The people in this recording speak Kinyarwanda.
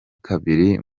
kabiri